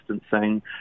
distancing